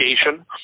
education